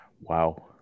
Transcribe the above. Wow